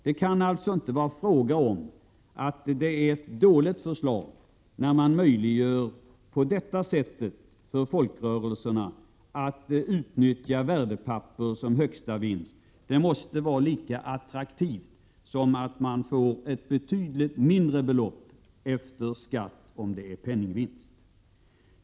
Det kan alltså inte vara ett dåligt förslag, när det på detta sätt blir möjligt för folkrörelserna att utnyttja värdepapper som högsta vinst. Det måste vara lika attraktivt som att få ett betydligt mindre belopp efter skatt med en penningvinst.